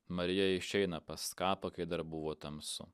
marija išeina pas kapą kai dar buvo tamsu